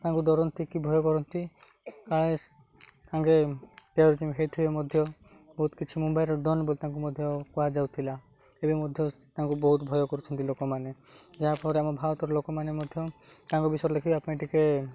ତାଙ୍କୁ ଡରନ୍ତି କି ଭୟ କରନ୍ତି କାଏ ସାଙ୍ଗେ ହେଇଥିବେ ମଧ୍ୟ ବହୁତ କିଛି ମୁମ୍ବାଇର ଡନ୍ ବୋଲି ତାଙ୍କୁ ମଧ୍ୟ କୁହାଯାଉ ଥିଲା ଏବେ ମଧ୍ୟ ତାଙ୍କୁ ବହୁତ ଭୟ କରୁଛନ୍ତି ଲୋକମାନେ ଯାହାଫଳରେ ଆମ ଭାରତର ଲୋକମାନେ ମଧ୍ୟ ତାଙ୍କ ବିଷୟରେ ଲେଖିବା ପାଇଁ ଟିକେ